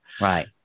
Right